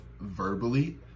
verbally